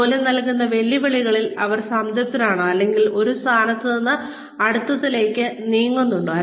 ജോലി നൽകുന്ന വെല്ലുവിളികളിൽ അവർ സംതൃപ്തരാണോ അല്ലെങ്കിൽ അത് ഒരു സ്ഥാനത്ത് നിന്ന് അടുത്തതിലേക്ക് നീങ്ങുന്നുണ്ടോ